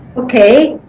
okay.